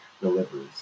deliveries